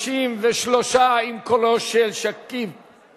ההצעה להסיר מסדר-היום את הצעת חוק מטבע השקל החדש (תיקון,